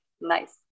Nice